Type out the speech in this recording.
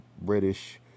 British